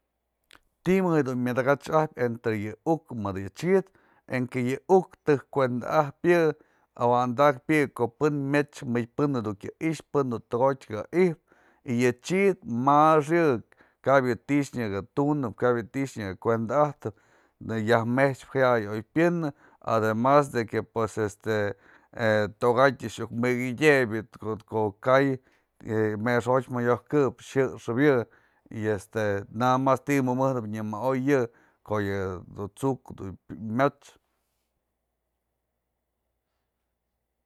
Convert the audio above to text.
ti'i mëjk myë dakatch ajpë entre yë'ë uk mëdë yë chid, en que yë uk tëjk kuenda'abë yë, awandakpë yë ko'o pën myech pën du kya i'ixë, pën du toko'otë ka i'ijpë y yë chid ma'ax yë, kap yë ti'i nyaka tunëp, kap yë ti'i nyaka kuenda ajtëp y yaj mechpë jaya'ay oy pyenë ademas de que pues este toka'atyë yë iuk mëkëdyëbëd ko'o kay mexo'otë ja yojkëp jyëxëp yë y este nada mas ti'i mabëjnëp nya ma o'oy yë ko'o yë du tsu'uk yë myajt's.